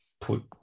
put